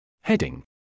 Heading